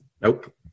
Nope